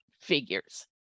figures